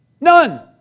None